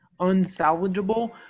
unsalvageable